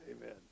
amen